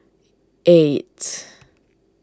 eight